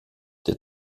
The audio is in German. der